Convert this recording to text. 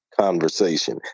conversation